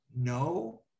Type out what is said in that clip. no